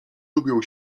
lubią